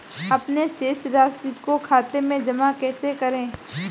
अपने शेष राशि को खाते में जमा कैसे करें?